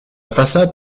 façade